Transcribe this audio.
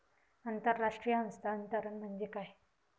आंतरराष्ट्रीय हस्तांतरण म्हणजे काय?